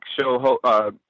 show